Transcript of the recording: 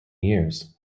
years